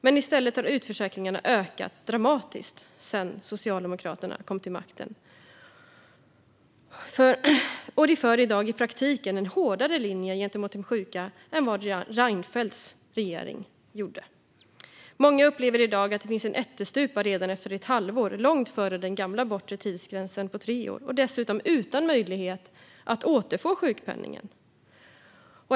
Men i stället har utförsäkringarna ökat dramatiskt sedan Socialdemokraterna kom till makten. De för i dag i praktiken en hårdare linje mot de sjuka än vad Reinfeldts regering gjorde. Många upplever i dag att det finns en ättestupa redan efter ett halvår, långt före den gamla bortre tidsgränsen vid tre år och dessutom utan möjlighet att återfå sjukpenningen.